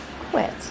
Quit